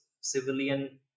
civilian